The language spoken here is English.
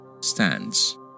stands